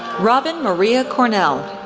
robin maria cornel,